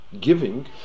giving